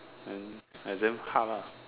then exam hard lah